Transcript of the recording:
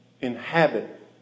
inhabit